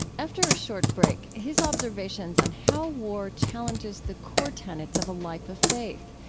after a short break, his observations on how war challenges the core tenets of a life of faith.